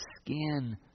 skin